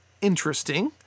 interesting